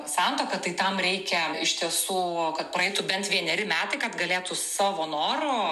santuoką tai tam reikia iš tiesų kad praeitų bent vieneri metai kad galėtų savo noru